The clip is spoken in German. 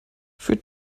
für